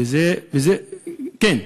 וזה, כן.